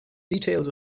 details